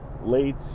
late